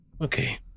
Okay